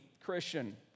Christian